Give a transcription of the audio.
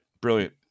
Brilliant